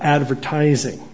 advertising